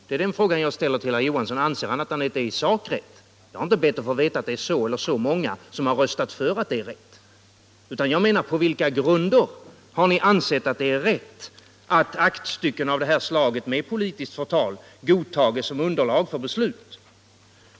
Det är den frågan jag ställer till herr Johansson i Malmö: Anser han att departementet handlat rätt i sak? Jag har inte bett att få veta hur många som röstat för att det är rätt, utan jag vill veta: På vilka grunder har ni ansett att det är rätt att aktstycken av det här slaget, med politiskt förtal, godtas som underlag för beslut?